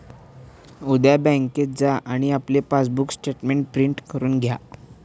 उद्या बँकेत जा आणि आपले पासबुक स्टेटमेंट प्रिंट करून घ्या